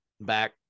back